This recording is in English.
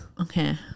Okay